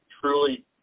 truly